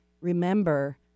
Remember